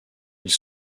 ils